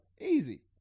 Easy